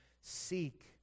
seek